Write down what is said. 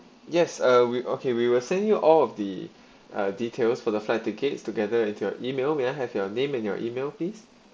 yes uh we okay we will send you all of the uh details for the flight tickets together with your email may I have your name and your email please